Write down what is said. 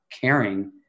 caring